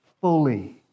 fully